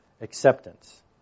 acceptance